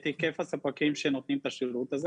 היקף הספקים שנותנים את השירות הזה.